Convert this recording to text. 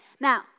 now